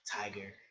Tiger